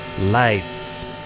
lights